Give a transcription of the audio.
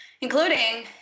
including